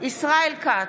ישראל כץ,